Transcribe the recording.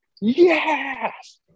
Yes